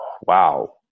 Wow